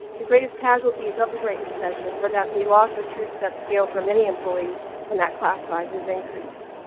the greatest casualties of the great recession were that we lost a true step scale for many employees and that class size was increased.